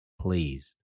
pleased